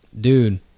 Dude